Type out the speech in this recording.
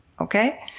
Okay